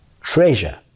treasure